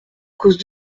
cause